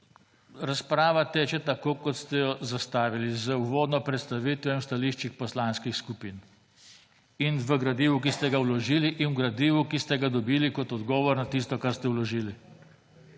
razprava teče tako, kot ste jo zastavili z uvodno predstavitvijo in stališči poslanskih skupin ‒ in v gradivu, ki ste ga vložili, in v gradivu, ki ste ga dobili kot odgovor na tisto, kar ste vložili.